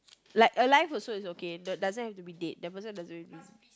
like alive also it's okay doesn't have to be dead the person doesn't have to be